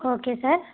okay sir